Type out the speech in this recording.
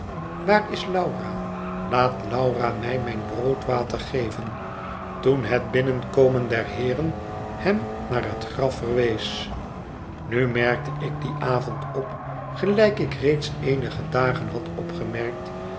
waar is laura laat laura mij mijn broodwater geven toen het binnenkomen der hoeren hem naar het graf verwees nu merkte ik dien avond op gelijk ik reeds eenige dagen had opgemerkt